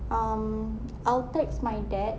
um I'll text my dad